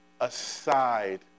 aside